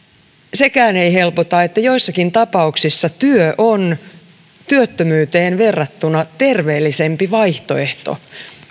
sekään ei helpota että joissakin tapauksissa työ on työttömyyteen verrattuna terveellisempi vaihtoehto